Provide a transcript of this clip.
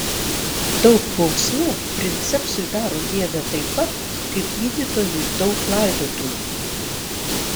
daug bausmių princepsui daro gėdą taip pat kaip gydytojui daug laidotuvių